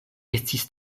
estis